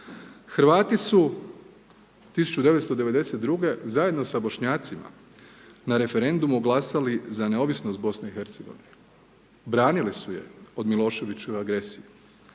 Hrvati su 1992. zajedno sa Bošnjacima na referendumu glasali za neovisnost BiH-a, branili su je od Miloševićeve agresije.